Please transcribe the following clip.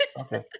okay